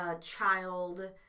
child